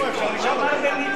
הוא אמר דה-ויטו,